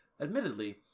admittedly